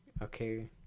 Okay